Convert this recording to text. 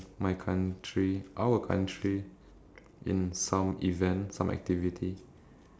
I guess we put this topic as done okay next